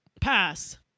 Pass